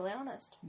honest